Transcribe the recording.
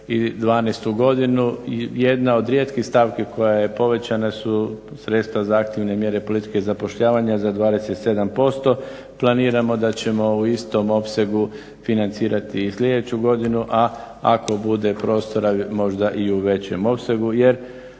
2012.godinu jedna od rijetkih stavki koja je povećana su sredstva za aktivne mjere politike zapošljavanja za 27%. Planiramo da ćemo u istom opsegu financirati i sljedeću godinu, a ako bude prostora možda i u većem opsegu. Jer